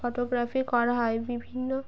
photography করা হয় বিভিন্ন